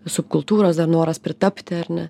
subkultūros dar noras pritapti ar ne